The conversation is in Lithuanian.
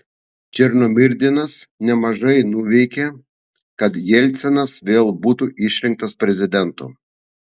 černomyrdinas nemažai nuveikė kad jelcinas vėl būtų išrinktas prezidentu